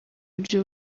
ibyo